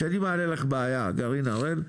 כשאני מעלה לך בעיה על גרעין הראל,